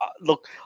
look